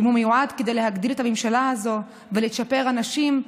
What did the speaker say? האם הוא מיועד כדי להגדיל את הממשלה הזו ולצ'פר אנשים?